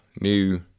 new